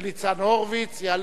יעלה ויבוא, ינמק